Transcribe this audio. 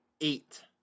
eight